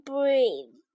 Breathe 》 。